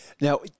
Now